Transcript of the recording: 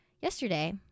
yesterday